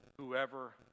whoever